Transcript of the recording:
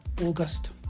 August